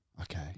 okay